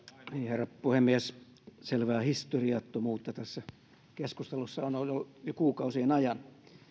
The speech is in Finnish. herra puhemies selvää historiattomuutta tässä keskustelussa on ollut jo kuukausien ajan